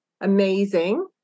amazing